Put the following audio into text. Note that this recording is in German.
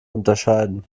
unterscheiden